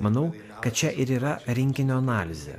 manau kad čia ir yra rinkinio analizė